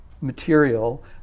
material